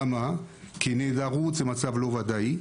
כי נעדרות זה מצב בלתי ודאי.